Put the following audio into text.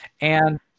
And-